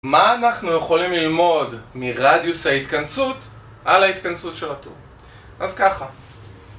מה אנחנו יכולים ללמוד, מרדיוס ההתכנסות, על ההתכנסות של הטור? אז ככה,